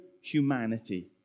humanity